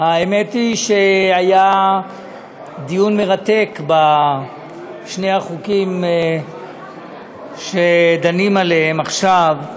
האמת היא שהיה דיון מרתק בשני החוקים שדנים בהם עכשיו,